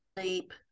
sleep